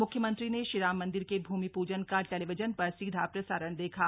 मुख्यमंत्री ने श्रीराम मंदिर के भूमि प्जन का टेलीविजन पर सीधा प्रसारण देखा